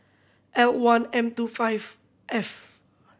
L one M two five F